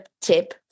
tip